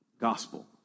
gospel